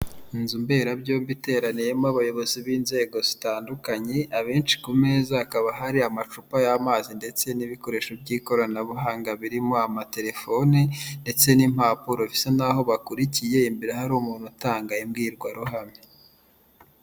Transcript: Inzu mberabyombi iteraniyemo abayobozi b'inzego zitandukanye, abenshi ku meza hakaba hari amacupa y'amazi ndetse n'ibikoresho by'ikoranabuhanga birimo amatelefone ndetse n'impapuro bisa n'aho bakurikiye, imbere hari umuntu utanga imbwirwaruhame.